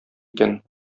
икән